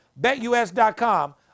BetUS.com